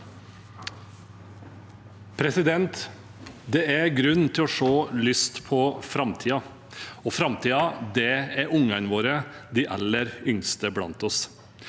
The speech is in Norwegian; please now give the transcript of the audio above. Det er grunn til å se lyst på framtiden, og framtiden er ungene våre, de aller yngste blant oss.